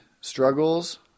struggles